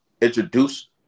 introduce